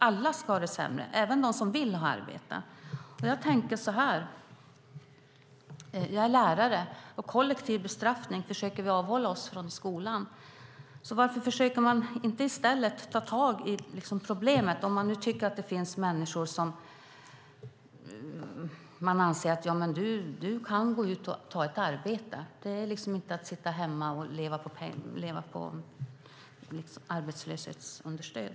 Alla ska ha det sämre - även de som vill arbeta. Jag tänker så här: Jag är lärare, och kollektiv bestraffning försöker vi avhålla oss från i skolan. Varför försöker man inte i stället ta tag i problemet, om man nu tycker att det finns människor där man anser "Du kan gå ut och ta ett arbete - det går inte att sitta hemma och leva på arbetslöshetsunderstöd"?